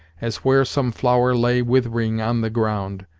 as where some flower lay withering on the ground.